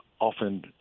often